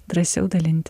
drąsiau dalinti